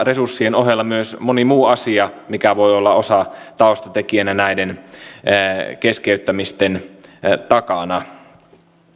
resurssien ohella myös moni muu asia voi olla osa ja taustatekijänä näiden keskeyttämisten takana